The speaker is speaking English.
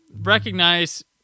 recognize